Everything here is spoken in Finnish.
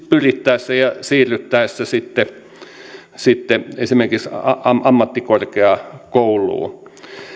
pyrittäessä ja siirryttäessä sitten sitten esimerkiksi ammattikorkeakouluun